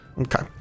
Okay